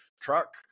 truck